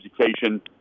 education